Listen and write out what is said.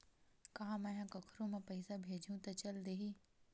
का मै ह कोखरो म पईसा भेजहु त चल देही?